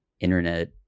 internet